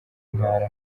ntara